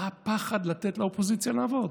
מה הפחד לתת לאופוזיציה לעבוד?